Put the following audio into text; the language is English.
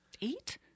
Eight